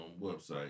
website